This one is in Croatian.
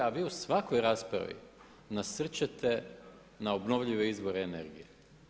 A vi u svakoj raspravi nasrćete na obnovljive izvore energije.